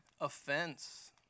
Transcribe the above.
Offense